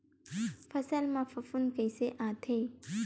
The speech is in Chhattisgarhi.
फसल मा फफूंद कइसे आथे?